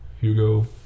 Hugo